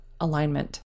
alignment